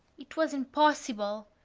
it was impossible.